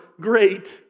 great